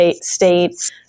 state